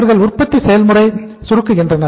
அவர்கள் உற்பத்தி செயல்முறை சுருக்குகின்றனர்